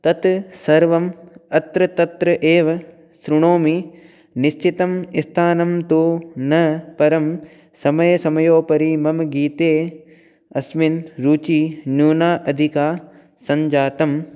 तत् सर्वं अत्र तत्र एव शृणोमि निश्चितं इस्थानं तु न परं समय समयोपरि मम गीते अस्मिन् रुचिः न्यूना अधिका सञ्जातं